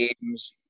games